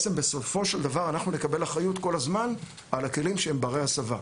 בסופו של דבר אנחנו נקבל אחריות כל הזמן על הכלים שהם בני הסבה.